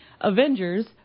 Avengers